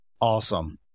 Awesome